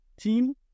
team